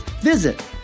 Visit